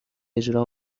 اجرا